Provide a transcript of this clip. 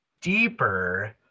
deeper